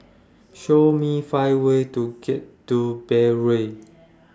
Show Me five ways to get to Beirut